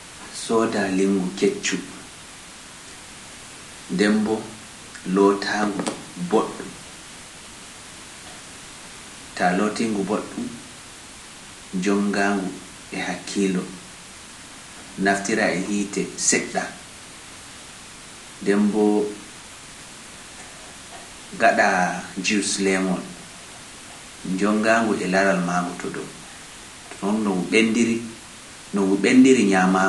Soda lingu keccu, dembo lootaangu boɗɗum, taa lootiingu boɗɗum, jonngaangu e hakkiilo, naftira e hiite seɗɗa Jiyus Leemoon, jonngaango e laral maa ngu to ɗoon, to ɗoon no ngu ɓendiri, no ngu ɓendiri ñaamaango.